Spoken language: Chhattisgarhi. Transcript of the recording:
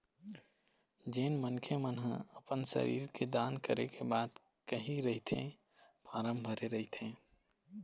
जेन मनखे मन ह अपन शरीर के दान करे के बात कहे रहिथे फारम भरे रहिथे